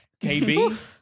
KB